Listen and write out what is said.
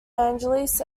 angeles